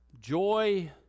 joy